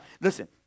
Listen